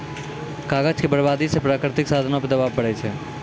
कागज के बरबादी से प्राकृतिक साधनो पे दवाब बढ़ै छै